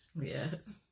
Yes